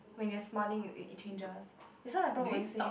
when you are smiling it changes that's why my prof always say